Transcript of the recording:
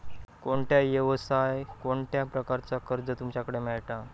कोणत्या यवसाय कोणत्या प्रकारचा कर्ज तुमच्याकडे मेलता?